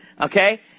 Okay